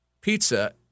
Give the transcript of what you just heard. pizza